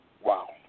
Wow